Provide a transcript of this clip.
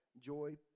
joy